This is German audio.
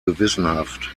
gewissenhaft